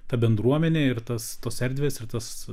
ta bendruomenė ir tas tos erdvės ir tas